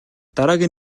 дараагийн